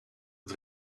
het